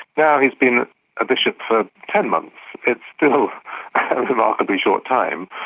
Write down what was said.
now he's been a bishop for ten months it's still a remarkably short time.